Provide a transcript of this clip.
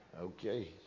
Okay